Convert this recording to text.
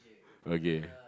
okay